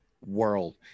world